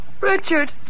Richard